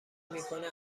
میکنه